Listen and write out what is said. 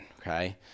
okay